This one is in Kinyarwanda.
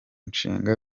nshinga